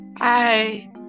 Hi